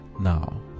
Now